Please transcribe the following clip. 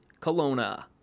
Kelowna